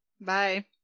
Bye